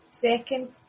Second